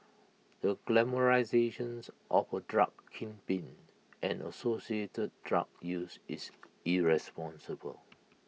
the glamorisations of A drug kingpin and associated drug use is irresponsible